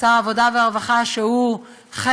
שר העבודה והרווחה, שהוא חלק,